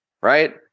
right